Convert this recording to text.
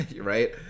right